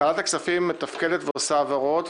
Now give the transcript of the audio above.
ועדת הכספים מתפקדת ועושה העברות.